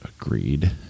agreed